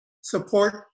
support